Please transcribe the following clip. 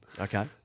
Okay